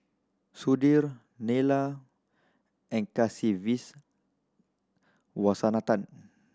Sudhir Neila and Kasiviswanathan